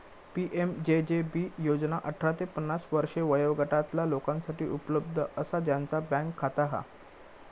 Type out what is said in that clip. PMJJB योजना अठरा ते पन्नास वर्षे वयोगटातला लोकांसाठी उपलब्ध असा ज्यांचा बँक खाता हा